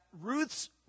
Ruth's